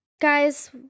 guys